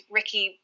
Ricky